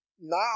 Now